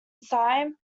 siam